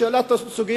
כשהעלה את הסוגיה,